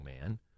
man